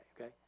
Okay